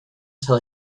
till